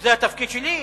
זה התפקיד שלי?